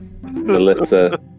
Melissa